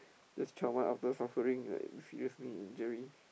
just twelve month after suffering a serious knee injury